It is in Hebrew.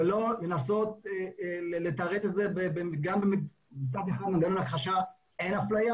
ולא לנסות לתרץ את זה גם מצד אחד מנגנון הכחשה שאין אפליה,